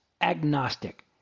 agnostic